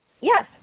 Yes